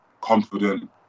confident